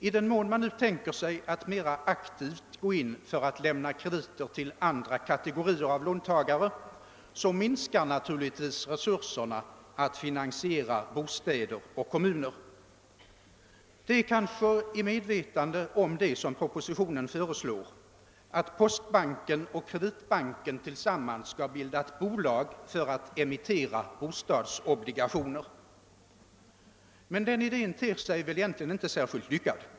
I den mån man nu tänker sig att mera aktivt lämna krediter till andra kategorier av låntagare, minskar naturligtvis resurserna att finansiera bostadsbyggandet och kommunernas verksamhet. Det är kanske i medvetande om detta som regeringen föreslår att postbanken och Kreditbanken tillsammans skall bilda ett bolag för att emittera bostadsobligationer. Den idén ter sig emellertid inte särskilt lyckad.